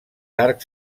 arcs